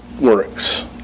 Works